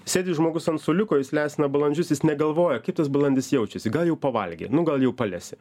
sėdi žmogus ant suoliuko jis lesina balandžius jis negalvoja kaip tas balandis jaučiasi gal jau pavalgė nu gal jau palesė